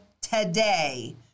today